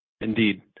Indeed